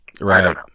Right